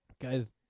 Guys